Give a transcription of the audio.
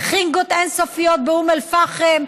חינגות אין-סופיות באום אל-פחם.